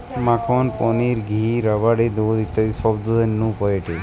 মাখন, পনির, ঘি, রাবড়ি, দুধ ইত্যাদি সব দুধের নু পায়েটে